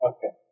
Okay